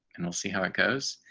and we'll see how it goes.